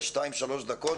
שתיים שלוש דקות,